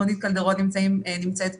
רונית קלדרון נמצאת בו,